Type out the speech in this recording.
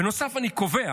בנוסף, אני קובע